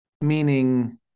Meaning